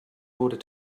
order